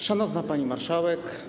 Szanowna Pani Marszałek!